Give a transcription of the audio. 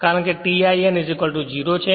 કારણ કે tin 0 છે